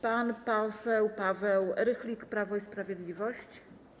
Pan poseł Paweł Rychlik, Prawo i Sprawiedliwość.